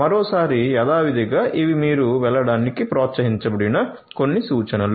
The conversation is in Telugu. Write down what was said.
మరోసారి యథావిధిగా ఇవి మీరు వెళ్ళడానికి ప్రోత్సహించబడిన కొన్ని సూచనలు